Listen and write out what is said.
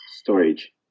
storage